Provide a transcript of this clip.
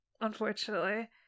unfortunately